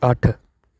ਅੱਠ